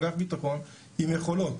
אגף ביטחון עם יכולות.